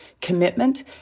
commitment